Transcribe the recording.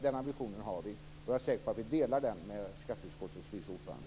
Den ambitionen har vi, och jag är säker på att vi delar den med skatteutskottets vice ordförande.